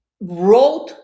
wrote